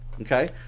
okay